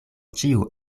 ĉiu